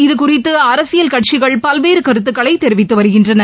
இதுகுறித்து அரசியல் கட்சிகள் பல்வேறு கருத்துகளை தெரிவித்து வருகின்றன